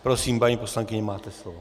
Prosím, paní poslankyně, máte slovo.